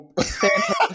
Fantastic